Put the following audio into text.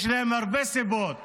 יש להם הרבה סיבות